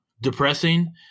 depressing